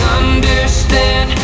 understand